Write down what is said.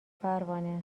پروانه